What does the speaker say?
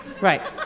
Right